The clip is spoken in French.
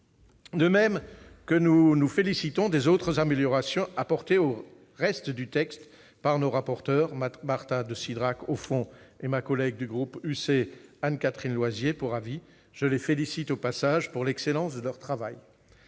De même, nous approuvons les autres améliorations apportées au reste du texte par nos rapporteures : Marta de Cidrac, saisie au fond, et ma collègue du groupe UC Anne-Catherine Loisier, saisie pour avis. Je les félicite pour l'excellence de leur travail.